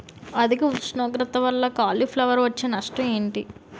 అధిక ఉష్ణోగ్రత వల్ల కాలీఫ్లవర్ వచ్చే నష్టం ఏంటి?